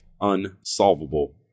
unsolvable